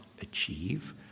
achieve